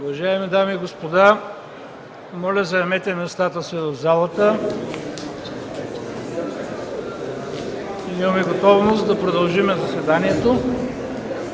Уважаеми дами и господа, моля заемете местата си в залата. Имаме готовност да продължим заседанието.